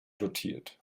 dotiert